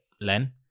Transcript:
Len